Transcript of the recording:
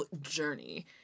journey